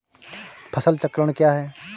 फसल चक्रण क्या है?